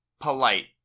polite